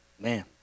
Man